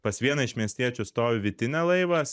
pas vieną iš miestiečių stovi vytinė laivas